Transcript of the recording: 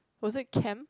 was it camp